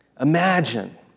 Imagine